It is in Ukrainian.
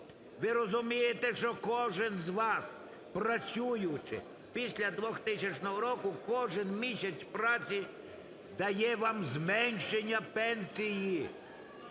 Ви розумієте, що кожен з вас, працюючи після 2000 року, кожен місяць праці дає вам зменшення пенсії.